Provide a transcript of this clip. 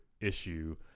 issue